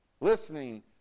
Listening